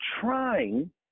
trying